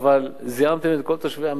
אבל זיהמתם את כל תושבי המדינה.